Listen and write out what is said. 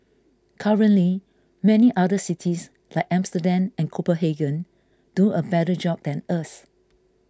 currently many other cities like Amsterdam and Copenhagen do a better job than us